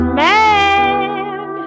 man